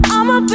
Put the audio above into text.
I'ma